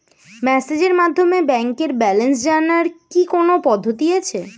মেসেজের মাধ্যমে ব্যাংকের ব্যালেন্স জানার কি কোন পদ্ধতি আছে?